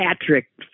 Patrick